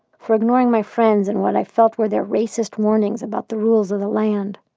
for ignoring my friends, and what i felt were their racist warning about the rules of the land?